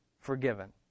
forgiven